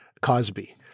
Cosby